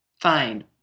Fine